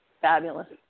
fabulous